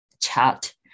chat